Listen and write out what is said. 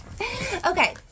Okay